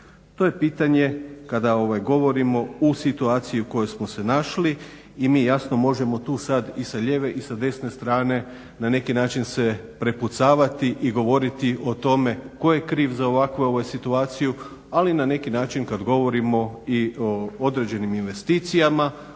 To je pitanje kada govorimo u situaciji u kojoj smo se našli i mi jasno možemo tu sada i sa lijeve i sa desne strane na neki način se prepucavati i govoriti o tome tko je kriv za ovakvu situaciju, ali na neki način kada govorimo i o određenim investicijama